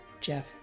Jeff